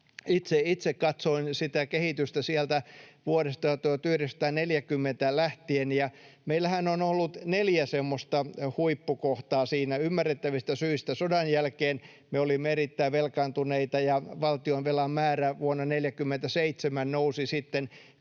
Itse katsoin sitä kehitystä sieltä vuodesta 1940 lähtien, ja meillähän on ollut siinä neljä semmoista huippukohtaa. Ymmärrettävistä syistä sodan jälkeen me olimme erittäin velkaantuneita, ja valtion velan määrä vuonna 47 nousi sitten